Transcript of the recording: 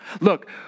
Look